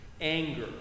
anger